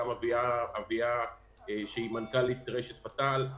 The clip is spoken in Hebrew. ואביה שהיא מנכ"לית רשת "פתאל".